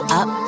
up